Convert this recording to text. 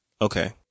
Okay